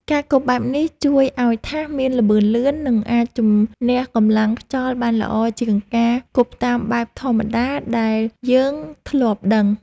ការគប់បែបនេះជួយឱ្យថាសមានល្បឿនលឿន និងអាចជម្នះកម្លាំងខ្យល់បានល្អជាងការគប់តាមបែបធម្មតាដែលយើងធ្លាប់ដឹង។